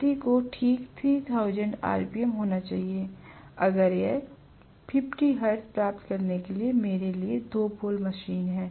गति को ठीक 3000 आरपीएम होना चाहिए अगर यह 50 हर्ट्ज प्राप्त करने के लिए मेरे लिए 2 पोल मशीन है